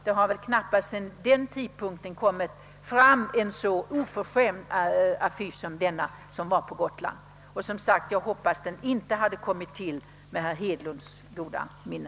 Det har väl sedan denna tidpunkt knappast i valrörelserna funnits någon så oförskämd affisch, och jag hoppas, som sagt, att den inte tillkommit med herr Hedlunds goda minne.